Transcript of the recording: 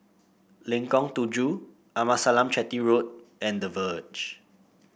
Lengkong Tujuh Amasalam Chetty Road and The Verge